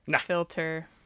filter